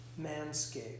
Manscape